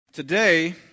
Today